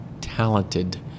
talented